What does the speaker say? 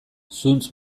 zuntz